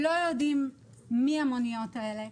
לא יודעים מי המוניות האלה.